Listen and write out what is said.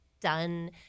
done